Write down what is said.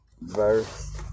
verse